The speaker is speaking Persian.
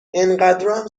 انقدرام